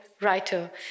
writer